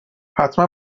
حتما